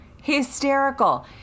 hysterical